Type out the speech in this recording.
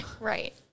Right